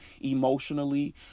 emotionally